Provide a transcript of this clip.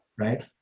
right